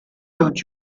don’t